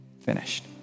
finished